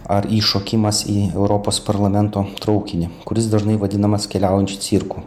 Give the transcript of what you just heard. ar įšokimas į europos parlamento traukinį kuris dažnai vadinamas keliaujančiu cirku